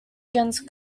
against